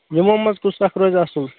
یمو مَنٛز کُس اَکھ روزِ اَصٕل